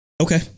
Okay